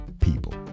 people